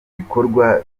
bikorwa